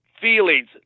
feelings